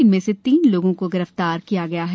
इनमें से तीन लोगों को गिरफ्तार कर लिया है